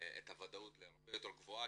את הוודאות להרבה יותר גבוהה,